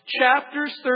Chapters